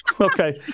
Okay